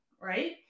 right